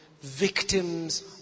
victims